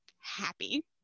Happy